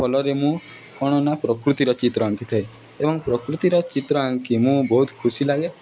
ଫଲରେ ମୁଁ କ'ଣ ନା ପ୍ରକୃତିର ଚିତ୍ର ଆଙ୍କିଥାଏ ଏବଂ ପ୍ରକୃତିର ଚିତ୍ର ଆଙ୍କି ମୁଁ ବହୁତ ଖୁସି ଲାଗେ